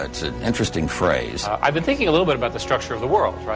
it's an interesting phrase. i've been thinking a little bit about the structure of the world, right,